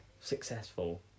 successful